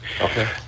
okay